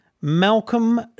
Malcolm